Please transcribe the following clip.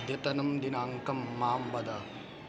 अद्यतनं दिनाङ्कं मां वद